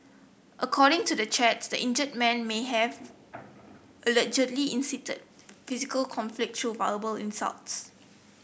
according to the chats the injured man may have allegedly incited physical conflict through verbal insults